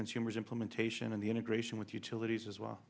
consumers implementation and the integration with utilities as well